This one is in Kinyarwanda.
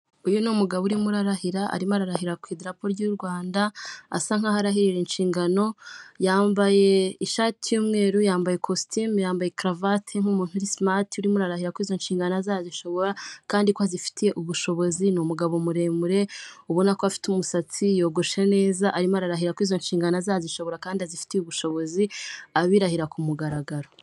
Abagabo babiri bambaye imyenda y'imikara bigaragara ko ari imyambaro ya polisi, bahagaze iruhande rw'inzu ntoya mu marembo y'ikigo cya polisi ishami rya Remera.